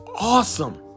awesome